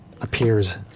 appears